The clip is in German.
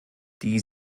die